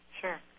Sure